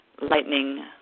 lightning